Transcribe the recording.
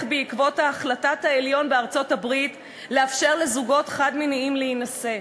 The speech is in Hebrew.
בעקבות החלטת העליון בארצות-הברית לאפשר לזוגות חד-מיניים להינשא,